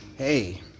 Hey